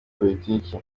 politiki